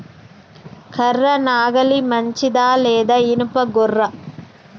కర్ర నాగలి మంచిదా లేదా? ఇనుప గొర్ర?